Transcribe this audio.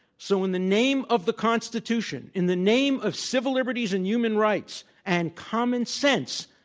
so in the name of the constitution, in the name of civil liberties and human rights and common sense,